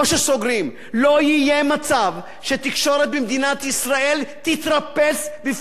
לא יהיה מצב שתקשורת במדינת ישראל תתרפס בפני פוליטיקאים,